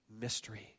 mystery